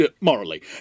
morally